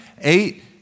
eight